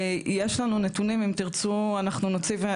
יש לנו נתונים אם תרצו אנחנו נוציא,